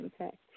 Okay